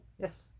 Yes